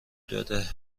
داده